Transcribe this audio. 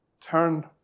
Turn